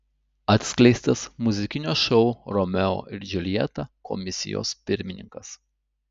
atskleistas muzikinio šou romeo ir džiuljeta komisijos pirmininkas